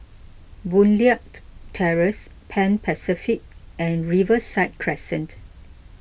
Boon Leat Terrace Pan Pacific and Riverside Crescent